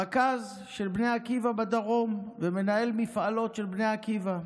רכז של בני עקיבא בדרום ומנהל מפעלות של בני עקיבא,